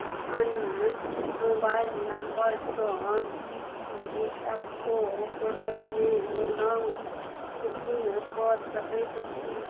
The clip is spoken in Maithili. आन मोबाइल नम्बरसँ ई पी एफ ओ पोर्टलमे लॉगइन कऽ सकैत छी